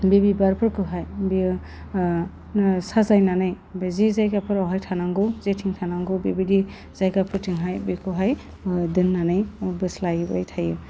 बे बिबारफोरखौहाय बियो साजायनानै बे जि जायगाफोरावहाय थानांगौ जिथिं थानांगौ बेबादि जायगाफोरथिंहाय बेखौहाय दोन्नानै बोस्लायोबाय थायो